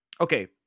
Okay